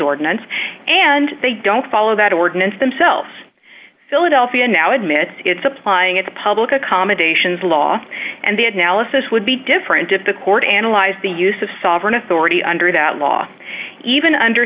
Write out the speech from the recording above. ordinance and they don't follow that ordinance themselves philadelphia now admits it's applying its public accommodations law and the analysis would be different if the court analyzed the use of sovereign authority under that law even under